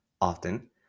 Often